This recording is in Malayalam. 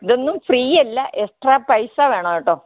ഇതൊന്നും ഫ്രീ അല്ല എക്സ്ട്രാ പൈസ വേണം കേട്ടോ